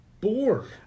Bored